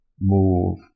move